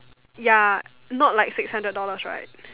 ya not like six hundred dollars right